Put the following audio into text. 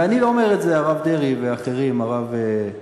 ואני לא אומר את זה, הרב דרעי, ואחרים, הרב גפני,